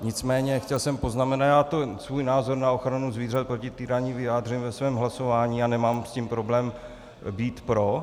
Nicméně chtěl jsem poznamenat, já svůj názor na ochranu zvířat proti týrání vyjádřím ve svém hlasování a nemám problém s tím být pro.